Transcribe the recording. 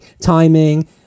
timing